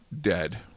dead